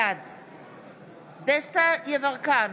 בעד דסטה גדי יברקן,